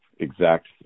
exact